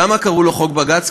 למה קראו לו חוק בג"ץ?